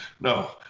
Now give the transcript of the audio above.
No